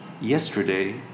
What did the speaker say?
Yesterday